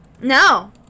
No